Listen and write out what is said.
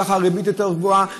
ככה הריבית יותר גבוהה,